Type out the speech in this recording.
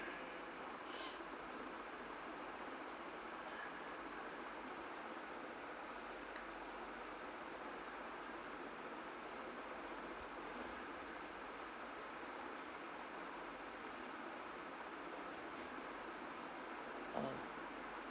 orh